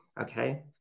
Okay